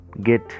get